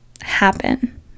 happen